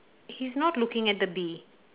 he's not looking at the bee